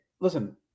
Listen